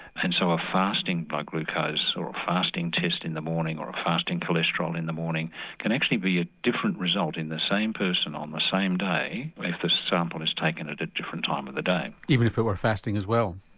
and so a fasting blood glucose or a fasting test in the morning, or a fasting cholesterol in the morning can actually be a different result in the same person on the same day like the sample is taken at a different time of the day. even if they were fasting as well?